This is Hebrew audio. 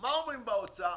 מה אומרים באוצר?